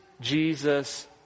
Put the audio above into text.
Jesus